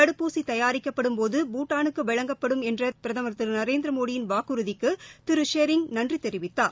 தடுப்பூசி தயாரிக்கப்படும்போது பூட்டானுக்கு வழங்கப்படும் என்ற பிரதமர் திரு நரேந்திரமோடி யின் வாக்குறுதிக்கு திரு ஷெரிங் நன்றி தெரிவித்தார்